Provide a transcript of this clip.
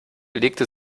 legte